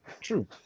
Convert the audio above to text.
true